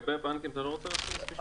לגבי בנקים, אתה לא רוצה לומר משהו?